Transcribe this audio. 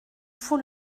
faut